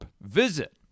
Visit